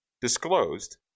disclosed